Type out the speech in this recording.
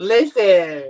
Listen